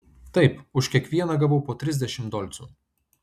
taip už kiekvieną gavau po trisdešimt dolcų